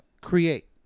create